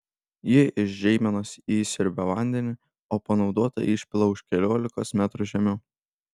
ji iš žeimenos įsiurbia vandenį o panaudotą išpila už keliolikos metrų žemiau